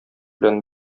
белән